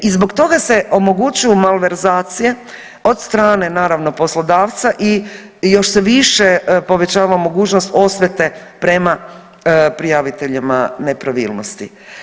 I zbog toga se omogućuju malverzacije od strane naravno poslodavca i još se više povećava mogućnost osvete prema prijaviteljima nepravilnosti.